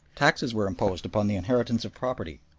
taxes were imposed upon the inheritance of property,